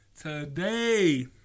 today